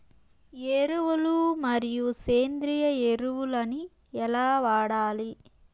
ఎరువులు మరియు సేంద్రియ ఎరువులని ఎలా వాడాలి?